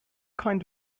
kind